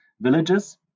villages